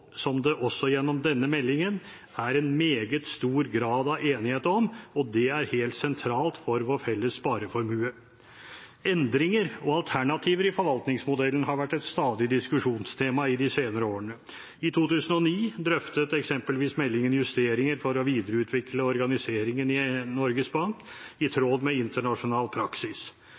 som det også gjennom denne meldingen er en meget stor grad av enighet om, og det er helt sentralt for vår felles spareformue. Endringer og alternativer i forvaltningsmodellen har stadig vært et diskusjonstema i de senere årene. I 2009 drøftet eksempelvis meldingen justeringer for å videreutvikle organiseringen i Norges Bank i tråd med internasjonal praksis.